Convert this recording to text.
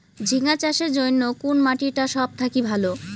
ঝিঙ্গা চাষের জইন্যে কুন মাটি টা সব থাকি ভালো?